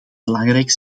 belangrijk